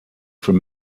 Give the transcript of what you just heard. from